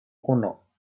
uno